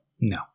No